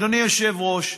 אדוני היושב-ראש,